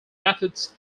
methods